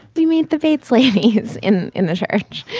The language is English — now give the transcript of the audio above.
we meet the faith's lady who's in in the church.